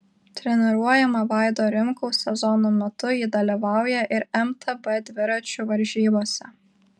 treniruojama vaido rimkaus sezono metu ji dalyvauja ir mtb dviračių varžybose